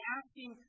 asking